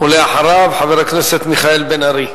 ואחריו, חבר הכנסת מיכאל בן-ארי.